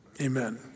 amen